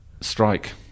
strike